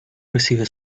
recibe